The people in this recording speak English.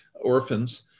orphans